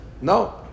No